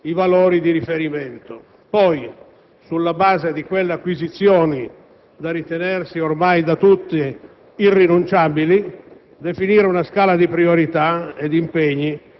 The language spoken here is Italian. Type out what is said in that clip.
i connotati istituzionali raggiunti, i valori di riferimento; poi, sulla base di quelle acquisizioni da ritenersi ormai da tutti irrinunciabili,